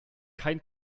kein